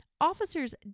officers